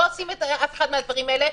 לא עושים את אף אחד מן הדברים האלה,